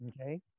Okay